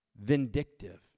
vindictive